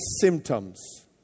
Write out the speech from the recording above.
symptoms